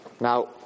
Now